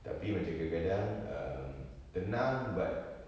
tapi macam kadang-kadang um tenang but